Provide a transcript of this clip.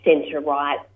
centre-right